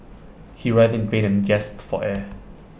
he writhed in pain and gasped for air